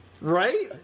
Right